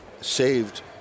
saved